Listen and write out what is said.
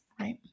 Right